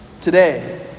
Today